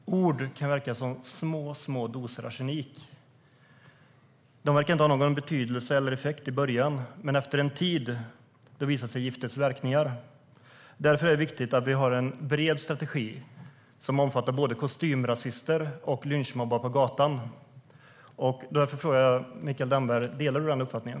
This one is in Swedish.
Fru talman! Ord kan verka som små, små doser arsenik. De verkar inte ha någon betydelse eller effekt i början. Men efter en tid visar sig giftets verkningar. Därför är det viktigt att vi har en bred strategi som omfattar både kostymrasister och lynchmobbare på gatan. Därför frågar jag Mikael Damberg: Delar du den uppfattningen?